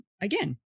Again